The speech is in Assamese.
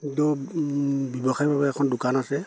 দো ব্যৱসায়ৰ বাবে এখন দোকান আছে